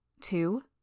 Two